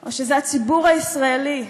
או שזה הציבור הישראלי.